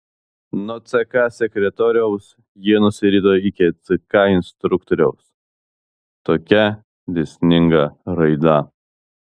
nuo ck sekretoriaus jie nusirito iki ck instruktoriaus tokia dėsninga raida